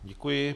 Děkuji.